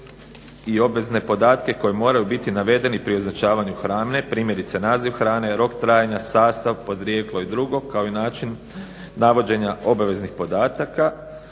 i obvezne podatke koji moraju biti navedeni pri označavanju hrane. Primjerice naziv hrane, rok trajanja, sastav, podrijetlo i drugo kao i način navođenja obaveznih podataka